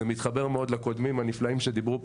ומתחבר מאוד לקודמים שדיברו פה,